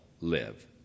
live